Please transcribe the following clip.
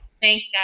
Thanks